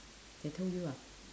they told you ah